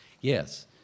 Yes